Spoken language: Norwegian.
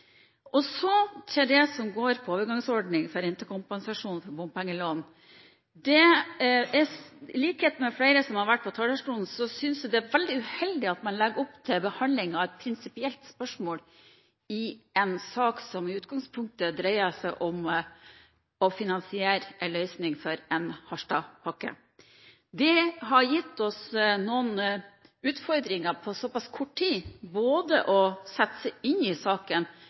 behandling, så det er bra. Så til det som går på overgangsordning for rentekompensasjonsordning for bompengelån. I likhet med flere som har vært på talerstolen, synes jeg det er veldig uheldig at man legger opp til behandling av et prinsipielt spørsmål i en sak som i utgangspunktet dreier seg om å finansiere en løsning for Harstadpakken. Det har på såpass kort tid gitt oss noen utfordringer med å sette seg inn i saken,